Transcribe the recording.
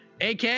AK